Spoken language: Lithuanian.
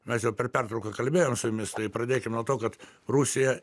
mes jau per pertrauką kalbėjom su jumis tai pradėkim nuo to kad rusija